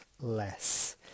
less